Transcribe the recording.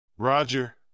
Roger